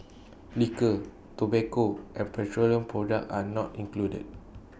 Liquor Tobacco and petroleum products are not included